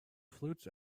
flutes